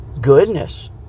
goodness